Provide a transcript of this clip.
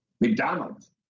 McDonald's